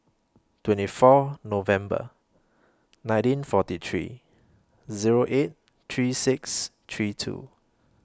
twenty four November nineteen forty three Zero eight three six three two